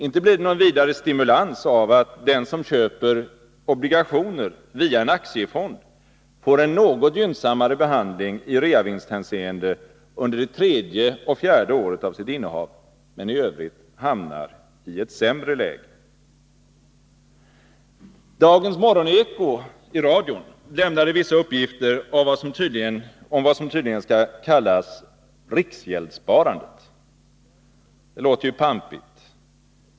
Inte blir det någon vidare stimulans av att den som köper obligationer via en aktiefond får en något gynnsammare behandling i reavinsthänseende under det tredje och fjärde året av sitt innehav, men i övrigt hamnar i ett sämre läge. Dagens Morgoneko i radio lämnade vissa uppgifter om vad som tydligen skall kallas riksgäldssparande. Det låter pampigt.